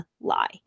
lie